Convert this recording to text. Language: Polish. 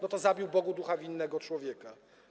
No to zabił Bogu ducha winnego człowieka.